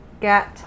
get